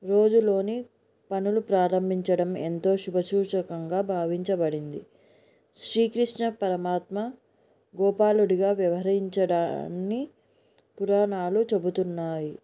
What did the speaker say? రోజులోని పనులు ప్రారంభించడం ఎంతో శుభసూచకంగా భావించబడింది శ్రీకృష్ణ పరమాత్మ గోపాలుడిగా వ్యవహరించడని పురాణాలు చెబుతున్నాయి